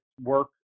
work